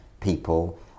people